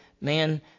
man